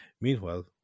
Meanwhile